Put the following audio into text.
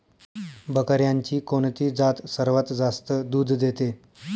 बकऱ्यांची कोणती जात सर्वात जास्त दूध देते?